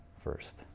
first